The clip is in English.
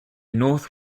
north